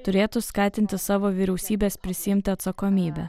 turėtų skatinti savo vyriausybes prisiimti atsakomybę